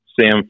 Sam